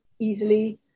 easily